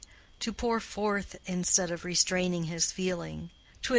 to pour forth instead of restraining his feeling,